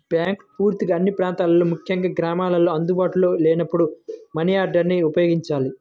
బ్యాంకులు పూర్తిగా అన్ని ప్రాంతాల్లో ముఖ్యంగా గ్రామాల్లో అందుబాటులో లేనప్పుడు మనియార్డర్ని ఉపయోగించారు